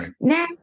Now